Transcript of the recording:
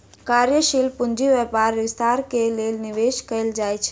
कार्यशील पूंजी व्यापारक विस्तार के लेल निवेश कयल जाइत अछि